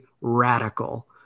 radical